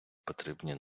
потрібні